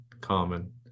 common